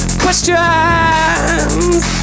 questions